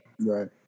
Right